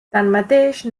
tanmateix